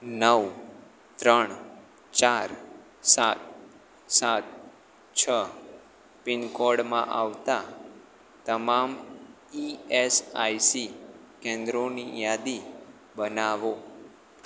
નવ ત્રણ ચાર સાત સાત છ પીનકોડમાં આવતાં તમામ ઇએસઆઈસી કેન્દ્રોની યાદી બનાવો